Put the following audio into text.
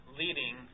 leading